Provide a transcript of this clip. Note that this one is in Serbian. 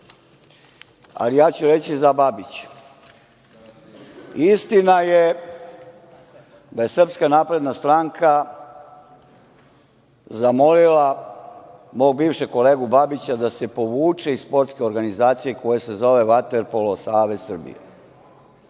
ali ja ću reći za Babića. Istina je da je Srpska napredna stranka zamolila mog bivšeg kolegu Babića da se povuče iz sportske organizacije koja se zove Vaterpolo savez Srbije.